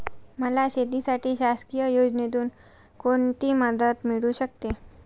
मला शेतीसाठी शासकीय योजनेतून कोणतीमदत मिळू शकते?